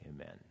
Amen